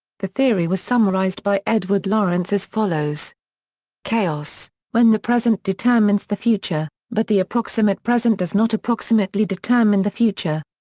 the theory was summarized by edward lorenz as follows chaos when the present determines the future, but the approximate present does not approximately determine the future.